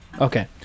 Okay